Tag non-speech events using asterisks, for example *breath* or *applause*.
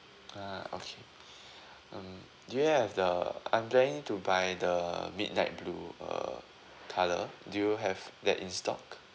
ah okay *breath* um do you have the I'm planning to buy the uh midnight blue err colour do you have that in stock